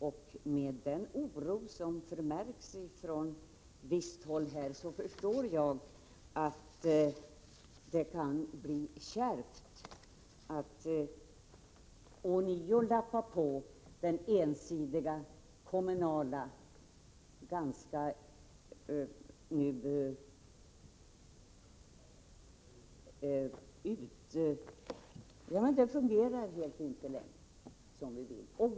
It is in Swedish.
Av den oro som förmärks från visst håll förstår jag att det kan bli kärvt att ånyo lappa på den ensidiga kommunala modellen som inte längre fungerar som vi vill att den skall fungera.